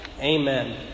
Amen